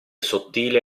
sottile